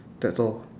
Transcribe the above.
that's all